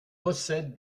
possède